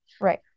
Right